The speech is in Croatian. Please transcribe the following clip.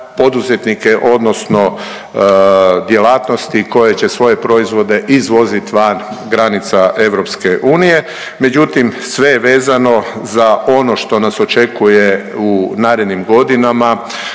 poduzetnike odnosno djelatnosti koje će svoje proizvode izvoziti van granica EU. Međutim, sve je vezano za ono što nas očekuje u narednim godinama